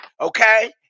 Okay